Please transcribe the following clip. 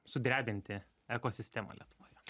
sudrebinti ekosistemą lietuvoje